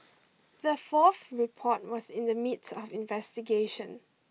the fourth report was in the midst of investigation